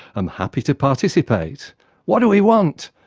am happy to participate what do we want?